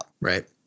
right